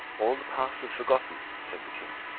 all the past is forgotten, said the king,